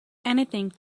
anything